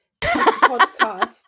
podcast